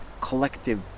collective